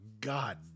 God